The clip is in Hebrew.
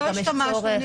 לא השתמשנו.